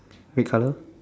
red colour